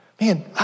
Man